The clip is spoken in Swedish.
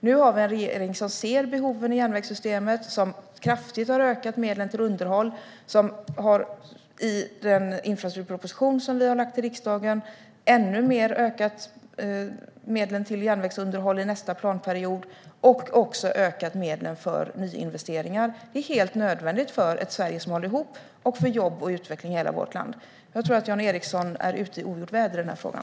Nu finns en regering som ser behoven i järnvägssystemet, som kraftigt har ökat medlen till underhåll, som i den infrastrukturproposition som har lagts fram till riksdagen ännu mer ökat medlen till järnvägsunderhåll i nästa planperiod samt ökat medlen för nyinvesteringar. Det är helt nödvändigt för ett Sverige som håller ihop och för jobb och utveckling i vårt land. Jag tror att Jan Ericson är ute i ogjort väder i den här frågan.